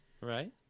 Right